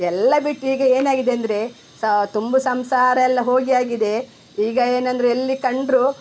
ಎಲ್ಲ ಬಿಟ್ಟು ಈಗ ಏನಾಗಿದೆ ಅಂದರೆ ಸಹ ತುಂಬು ಸಂಸಾರ ಎಲ್ಲ ಹೋಗಿ ಆಗಿದೆ ಈಗ ಏನೆಂದರೆ ಎಲ್ಲಿ ಕಂಡರೂ